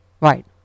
Right